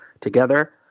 together